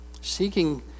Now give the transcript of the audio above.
Seeking